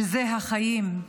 שזה החיים,